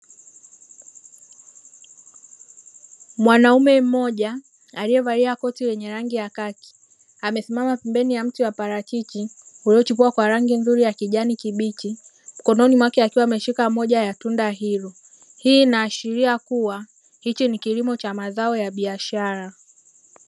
Mwanaume mmoja aliyevaa koti lenye rangi ya kati amesimama pembeni ya mti wa parachichi uliochukua kwa rangi nzuri ya kijani kibichi, mkononi mwake akiwa ameshika moja ya tunda hili. Hii inaashiria kuwa hicho ni kilimo cha mazao ya biashara.